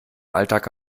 alltag